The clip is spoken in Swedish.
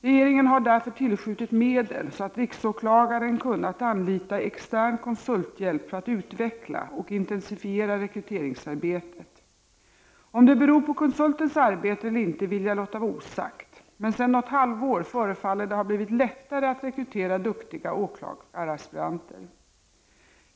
Regeringen har därför tillskjutit medel så att riksåklagaren kunnat anlita extern konsulthjälp för att utveckla och intensifiera rekryteringsarbetet. Om det beror på konsultens arbete eller inte vill jag låta vara osagt, men sedan något halvår förefaller det ha blivit lättare att rekrytera duktiga åklagaraspiranter.